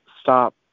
stop